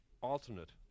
alternate